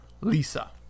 Lisa